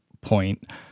point